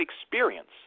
experience